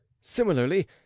similarly